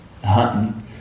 hunting